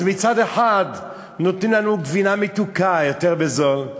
אז מצד אחד נותנים לנו גבינה מתוקה יותר בזול,